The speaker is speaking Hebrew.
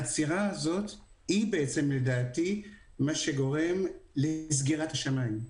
העצירה הזאת לדעתי זה מה שגורם לסגירת השמים.